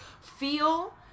feel